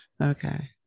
okay